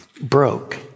broke